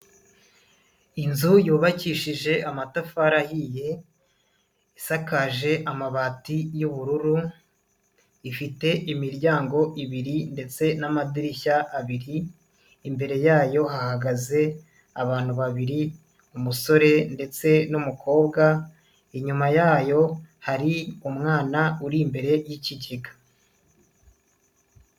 Inzu yubakishije amatafari ahiye isakaje amabati y'ubururu, ifite imiryango ibiri ndetse n'amadirishya abiri, imbere yayo hahagaze abantu babiri umusore ndetse n'umukobwa, inyuma yayo hari umwana uri imbere y'ikigega.